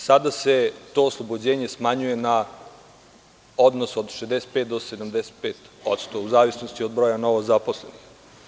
Sada se to oslobođenje smanjuje na odnos od 65 do 75%, u zavisnosti od broja novozaposlenih.